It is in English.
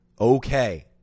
okay